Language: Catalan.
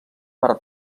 per